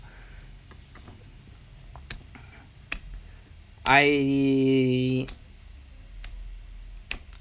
I